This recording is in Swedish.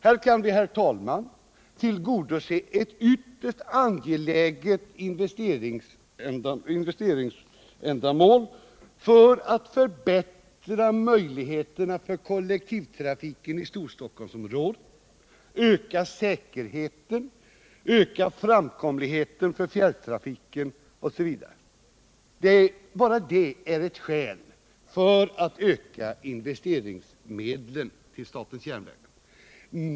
Här kan vi, herr talman, tillgodose ett ytterst angeläget investeringsbehov för att förbättra möjligheterna för trafiken i Storstockholmsområdet, öka säkerheten, öka framkomligheten för fjärrtrafiken osv. Bara det är ett skäl för att öka investeringsmedlen till statens järnvägar.